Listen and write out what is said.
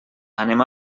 anem